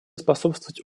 способствовать